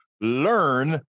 learn